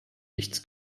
nichts